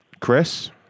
Chris